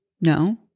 No